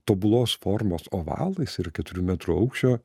tobulos formos ovalais ir keturių metrų aukščio